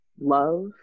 love